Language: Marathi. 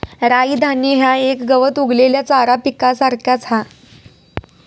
राई धान्य ह्या एक गवत उगवलेल्या चारा पिकासारख्याच हा